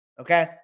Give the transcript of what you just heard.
okay